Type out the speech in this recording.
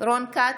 רון כץ,